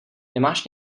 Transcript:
nemáš